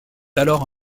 alors